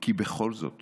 כי בכל זאת